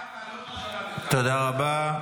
תודה רבה.